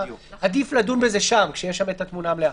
עדיף לדון בזה שם כשיש את התמונה המלאה.